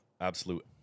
absolute